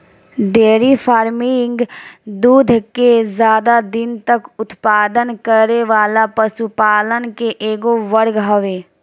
dairy farming दूध के ज्यादा दिन तक उत्पादन करे वाला पशुपालन के एगो वर्ग हवे